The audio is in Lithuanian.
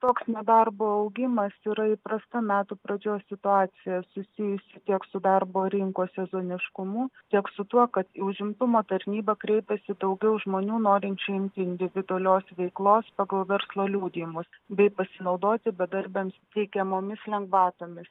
toks nedarbo augimas yra įprasta metų pradžios situacija susijusi tiek su darbo rinkos sezoniškumu tiek su tuo kad į užimtumo tarnybą kreipiasi daugiau žmonių norinčių individualios veiklos pagal verslo liudijimus bei pasinaudoti bedarbiams teikiamomis lengvatomis